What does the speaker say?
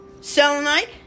selenite